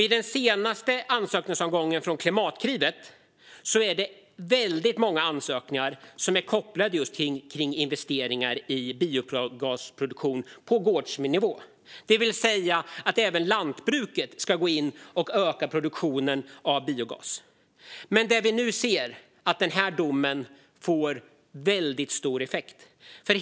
I den senaste omgången med ansökningar om medel från Klimatklivet är det väldigt många ansökningar som har att göra med just investeringar i biogasproduktion på gårdsnivå, det vill säga att även lantbruket ska gå in och öka produktionen av biogas. Men vi ser nu att den här domen får väldigt stor effekt.